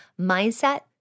Mindset